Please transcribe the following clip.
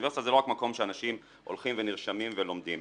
אוניברסיטה זה לא רק מקום שאנשים הולכים ונרשמים ולומדים,